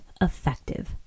effective